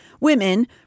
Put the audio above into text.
Women